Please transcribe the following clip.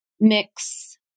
mix